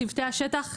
צוותי השטח,